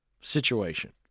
situation